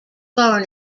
born